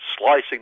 slicing